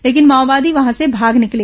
लेकिन माओवादी वहां से भाग निकले